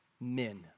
men